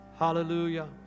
Hallelujah